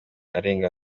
arenga